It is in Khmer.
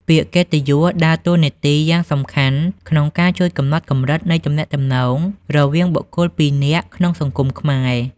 ពាក្យកិត្តិយសដើរតួនាទីយ៉ាងសំខាន់ក្នុងការជួយកំណត់កម្រិតនៃទំនាក់ទំនងរវាងបុគ្គលពីរនាក់ក្នុងសង្គមខ្មែរ។